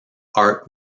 art